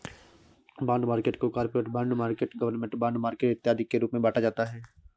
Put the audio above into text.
bond market को corporate bond market government bond market इत्यादि के रूप में बांटा जाता है